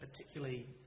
particularly